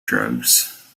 drugs